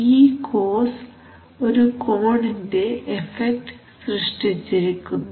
ഈ കോസ് ഒരു കോണിൻറെ എഫക്റ്റ് സൃഷ്ടിച്ചിരിക്കുന്നു